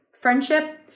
friendship